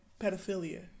pedophilia